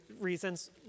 reasons